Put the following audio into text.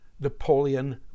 Napoleon